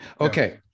Okay